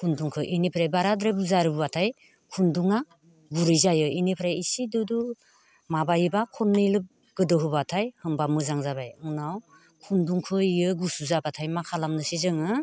खुन्दुंखौ बेनिफ्राय बाराद्राय बुरजा रुबाथाय खुन्दुङा गुरै जायो बेनिफ्राय इसे दुदु माबायोबा खननैल' गोदौ होबाथाय होनबा मोजां जाबाय उनाव खुन्दुंखौ बेयो गुसु जाबाथाय मा खालामनोसै जोङो